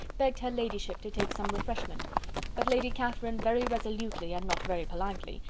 begged her ladyship to take some refreshment but lady catherine very resolutely, and not very politely,